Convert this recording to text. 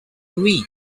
wii